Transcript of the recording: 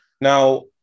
now